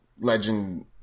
Legend